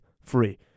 free